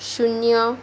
शून्य